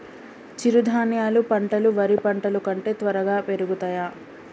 చిరుధాన్యాలు పంటలు వరి పంటలు కంటే త్వరగా పెరుగుతయా?